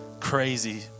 crazy